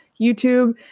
YouTube